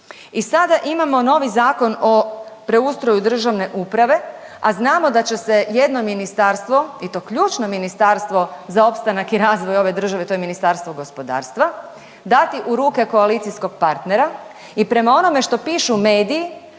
I sada imamo novi Zakon o preustroju državne uprave, a znamo da će se jedno ministarstvo i to ključno ministarstvo za opstanak i razvoj ove države, to je Ministarstvo gospodarstva, dati u ruke koalicijskog partnera i prema onome što pišu mediji